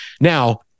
Now